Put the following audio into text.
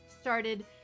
started